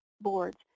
Boards